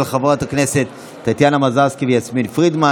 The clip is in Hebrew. חברת הכנסת טטיאנה מזרסקי ויסמין פרידמן.